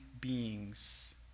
beings